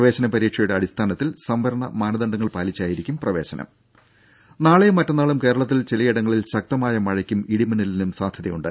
പ്രവേശന പരീക്ഷയുടെ അടിസ്ഥാനത്തിൽ സംവരണ മാനദണ്ഡങ്ങൾ പാലിച്ചായിരിക്കും പ്രവേശനം രുര നാളെയും മറ്റന്നാളും കേരളത്തിൽ ചിലയിടങ്ങളിൽ ശക്തമായ മഴയ്ക്കും ഇടിമിന്നലിനും സാധ്യതയുണ്ട്